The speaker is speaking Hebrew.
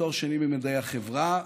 תואר שני במדעי החברה.